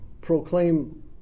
proclaim